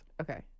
Okay